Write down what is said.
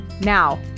Now